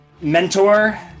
mentor